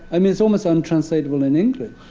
i mean, it's almost untranslatable in english.